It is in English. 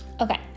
okay